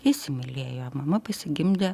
įsimylėjo mama pasigimdė